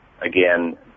again